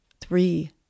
three